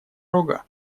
рога